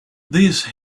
these